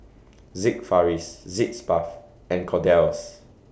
Sigvaris Sitz Bath and Kordel's